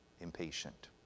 impatient